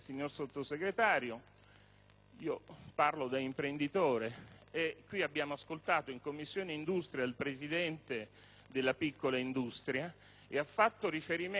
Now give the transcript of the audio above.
parlo da imprenditore: abbiamo ascoltato in Commissione industria il presidente della piccola industria, il quale ha fatto riferimento (lo ricordo ai commissari,